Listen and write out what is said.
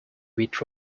bit